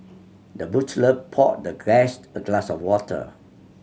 the butler poured the guest a glass of water